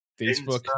Facebook